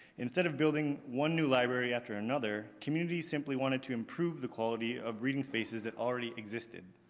instead of building one new library after another, communities simply wanted to improve the quality of reading spaces that already existed.